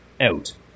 out